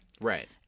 right